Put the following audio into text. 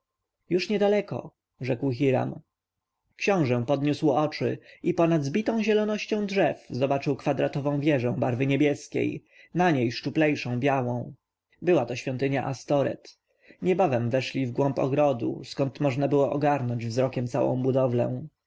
już niedaleko rzekł hiram książę podniósł oczy i ponad zbitą zielonością drzew zobaczył kwadratową wieżę barwy niebieskawej na niej szczuplejszą białą była to świątynia astoreth niebawem weszli wgłąb ogrodu skąd można było ogarnąć wzrokiem całą budowlę